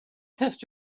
test